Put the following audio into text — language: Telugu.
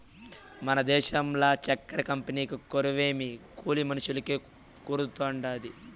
మన దేశంల చక్కెర కంపెనీకు కొరవేమో కూలి మనుషులకే కొరతుండాది